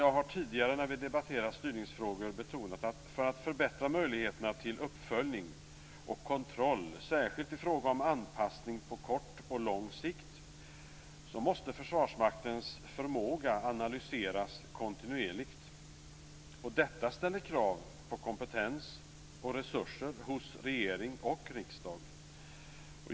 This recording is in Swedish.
Jag har tidigare när vi debatterat styrningsfrågor betonat att för att förbättra möjligheterna till uppföljning och kontroll, särskilt i fråga om anpassning på kort och lång sikt, måste Försvarsmaktens förmåga analyseras kontinuerligt. Detta ställer krav på kompetens och resurser hos regering och riksdag.